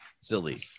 silly